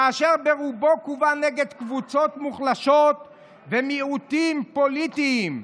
כאשר ברובו כוון נגד קבוצות מוחלשות ומיעוטים פוליטיים,